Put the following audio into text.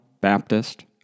Baptist